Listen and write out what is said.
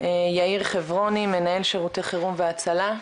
יאיר חברוני, מנהל שירותי חירום והצלה.